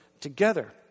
together